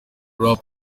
rap